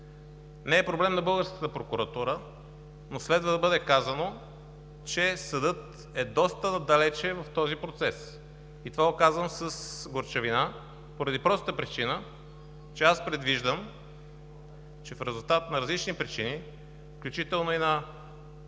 Не е проблем на българската прокуратура, но следва да бъде казано, че съдът е доста далеч в този процес. И това го казвам с горчивина, поради простата причина че аз предвиждам, че в резултат на различни причини, включително и на